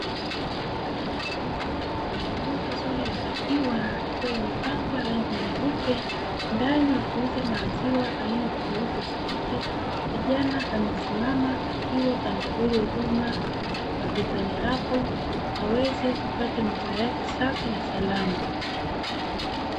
Duka zuri la maziwa likiwa limepakwa rangi nyeupe, ndani kukiwa na maziwa aina tofautitofauti. Kijana amesimama akiwa anapewa huduma dukani hapo aweze kupata maziwa yake safi na salama.